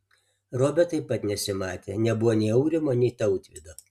robio taip pat nesimatė nebuvo nei aurimo nei tautvydo